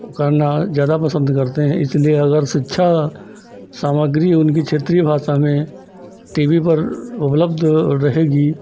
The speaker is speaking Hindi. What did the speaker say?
वह करना ज़्यादा पसन्द करते हैं इसलिए अगर शिक्षा सामग्री उनकी क्षेत्रीय भाषा में टी वी पर उपलब्ध रहेगी